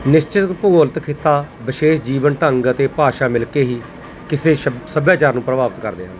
ਨਿਸ਼ਚਿਤ ਭੂਗੋਲਿਕ ਖਿੱਤਾ ਵਿਸ਼ੇਸ਼ ਜੀਵਨ ਢੰਗ ਅਤੇ ਭਾਸ਼ਾ ਮਿਲ ਕੇ ਹੀ ਕਿਸੇ ਸ਼ਭ ਸੱਭਿਆਚਾਰ ਨੂੰ ਪ੍ਰਭਾਵਿਤ ਕਰਦੇ ਹਨ